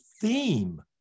theme